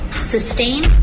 sustain